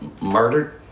murdered